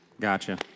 Gotcha